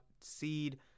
seed